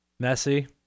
Messi